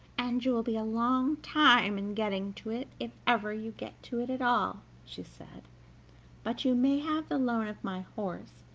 and you will be a long time in getting to it, if ever you get to it at all, she said but you may have the loan of my horse,